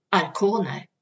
arkoner